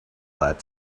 that